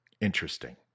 Interesting